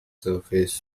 surface